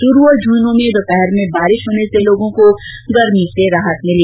चूरू और झुंझुनू में दोपहर में बारिश होने से लोगों को गर्मी से राहत मिली